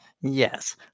Yes